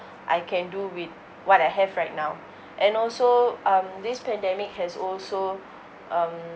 I can do with what I have right now and also um this pandemic has also um